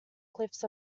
cliffs